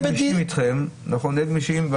תשקלו את ההערה לגבי סעיף 1. היא למעלה מן הנדרש.